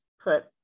put